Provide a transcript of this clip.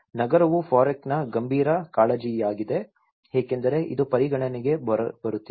ನಗರವು FOREC ನ ಗಂಭೀರ ಕಾಳಜಿಯಾಗಿದೆ ಏಕೆಂದರೆ ಇದು ಪರಿಗಣನೆಗೆ ಬರುತ್ತಿಲ್ಲ